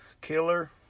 killer